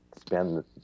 spend